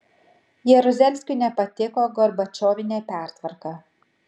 jaruzelskiui nepatiko gorbačiovinė pertvarka